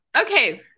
Okay